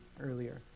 earlier